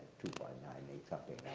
two point nine eight, something